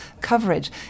coverage